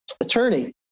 attorney